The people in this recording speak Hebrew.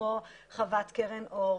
כמו חוות 'קרן אור',